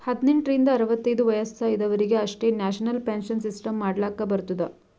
ಹದ್ನೆಂಟ್ ರಿಂದ ಅರವತ್ತೈದು ವಯಸ್ಸ ಇದವರಿಗ್ ಅಷ್ಟೇ ನ್ಯಾಷನಲ್ ಪೆನ್ಶನ್ ಸಿಸ್ಟಮ್ ಮಾಡ್ಲಾಕ್ ಬರ್ತುದ